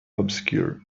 obscure